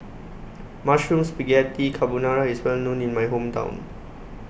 Mushroom Spaghetti Carbonara IS Well known in My Hometown